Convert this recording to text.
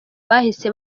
bahise